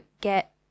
get